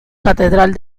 catedral